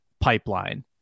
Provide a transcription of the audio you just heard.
pipeline